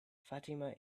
fatima